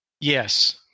Yes